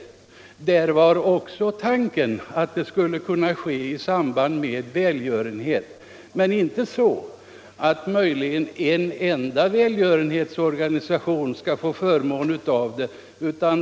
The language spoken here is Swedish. Tanken har också varit att det skulle kunna ske i samband med välgörenhet; dock inte så att en enda välgörenhetsorganisation skulle få dra nytta av verksamheten.